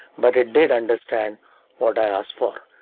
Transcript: but it did understand what i asked for.